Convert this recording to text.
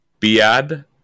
Biad